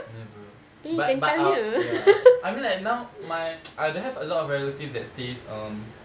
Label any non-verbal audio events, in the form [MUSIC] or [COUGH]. never but but I ya I mean like now [NOISE] I don't have a lot of relative that stays um